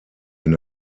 wenn